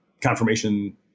confirmation